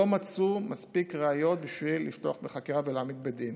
לא מצאו מספיק ראיות בשביל לפתוח בחקירה ולהעמיד לדין.